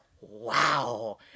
wow